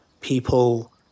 people